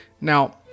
Now